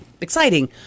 exciting